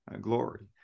glory